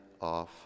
off